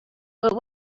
but